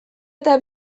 eta